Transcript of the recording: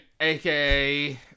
aka